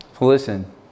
Listen